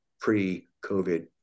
pre-COVID